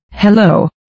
Hello